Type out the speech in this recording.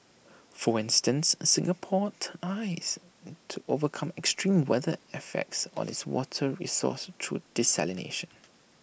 for instance Singapore ties to overcome extreme weather effects on its water resources through desalination